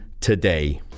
today